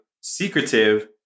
secretive